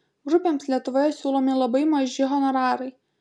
grupėms lietuvoje siūlomi labai maži honorarai